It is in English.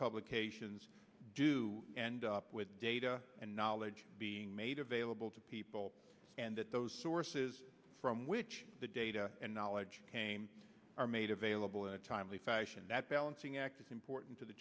publications do end up with data and knowledge being made available to people and that those sources from which the data and knowledge came are made available and timely fashion that balancing act is important to the